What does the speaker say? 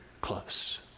close